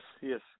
yes